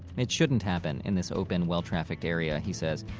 it shouldn't happen in this open well-trafficked area, he says.